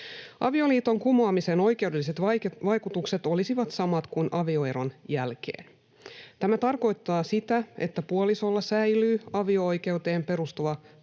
Avioliiton kumoamisen oikeudelliset vaikutukset olisivat samat kuin avioeron jälkeen. Tämä tarkoittaa sitä, että puolisolla säilyy avio-oikeuteen perustuva